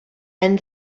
and